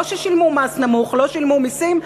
לא ששילמו מס נמוך, לא שילמו מסים.